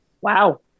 wow